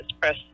press